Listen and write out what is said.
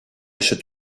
should